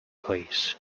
please